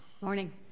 Morning